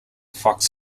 fox